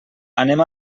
anem